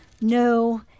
no